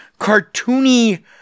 cartoony